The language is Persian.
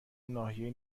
ناحیه